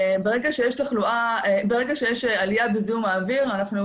ברגע שיש עלייה בזיהום האוויר, אנחנו